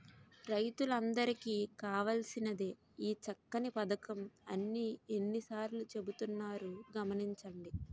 రైతులందరికీ కావాల్సినదే ఈ చక్కని పదకం అని ఎన్ని సార్లో చెబుతున్నారు గమనించండి